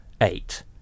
eight